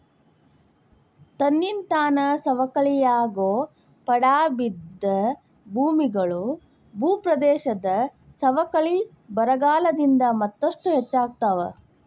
ತನ್ನಿಂತಾನ ಸವಕಳಿಯಾಗೋ ಪಡಾ ಬಿದ್ದ ಭೂಮಿಗಳು, ಭೂಪ್ರದೇಶದ ಸವಕಳಿ ಬರಗಾಲದಿಂದ ಮತ್ತಷ್ಟು ಹೆಚ್ಚಾಗ್ತಾವ